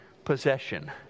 possession